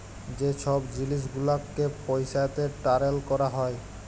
যে ছব জিলিস গুলালকে পইসাতে টারেল ক্যরা হ্যয়